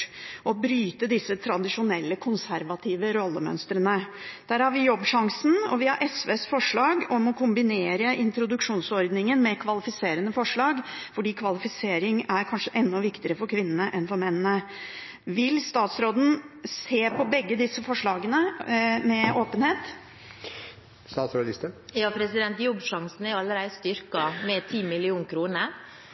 og bryte disse tradisjonelle, konservative rollemønstrene. Der har vi Jobbsjansen, og vi har SVs forslag om å kombinere introduksjonsordningen med kvalifiserende tiltak, fordi kvalifisering kanskje er enda viktigere for kvinnene enn for mennene. Vil statsråden se på begge disse forslagene med åpenhet? Jobbsjansen er allerede styrket med 10 mill. kr. Det er